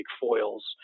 foils